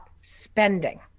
spending